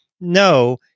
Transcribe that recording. no